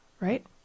right